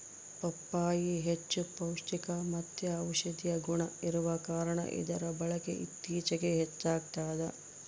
ಪಪ್ಪಾಯಿ ಹೆಚ್ಚು ಪೌಷ್ಟಿಕಮತ್ತೆ ಔಷದಿಯ ಗುಣ ಇರುವ ಕಾರಣ ಇದರ ಬಳಕೆ ಇತ್ತೀಚಿಗೆ ಹೆಚ್ಚಾಗ್ತದ